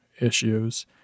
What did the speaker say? issues